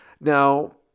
Now